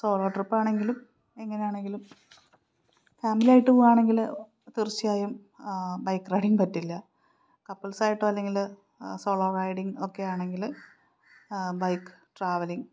solo ട്രിപ്പാണെങ്കിലും എങ്ങനെയാണെങ്കിലും family ആയിട്ട് പോവുകയാണെങ്കില് തീർച്ചയായും ബൈക്ക് റൈഡിങ് പറ്റില്ല കപ്പിൾസായിട്ടോ അല്ലെങ്കില് സോളോ റൈഡിങ് ഒക്കെയാണെങ്കില് ബൈക്ക് ട്രാവലിംഗ്